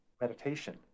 meditation